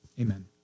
amen